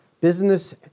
business